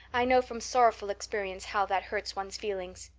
i know from sorrowful experience how that hurts one's feelings.